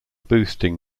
boosting